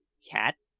cat,